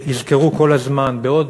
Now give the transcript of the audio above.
יזכרו כל הזמן: בעוד